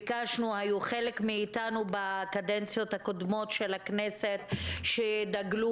היו חלק מאיתנו בקדנציות הקודמות של הכנסת שדגלו,